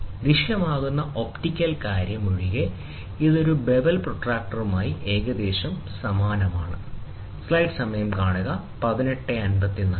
ദൃശ്യമാകുന്ന ഒപ്റ്റിക്കൽ കാര്യം ഒഴികെ ഇത് ഒരു ബെവൽ പ്രൊട്ടക്റ്ററുമായി ഏതാണ്ട് സമാനമാണ്